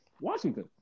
washington